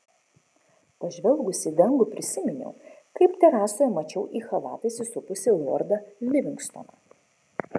pažvelgusi į dangų prisiminiau kaip terasoje mačiau į chalatą įsisupusį lordą livingstoną